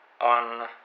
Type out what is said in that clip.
on